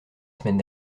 semaine